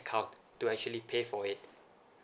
account to actually pay for it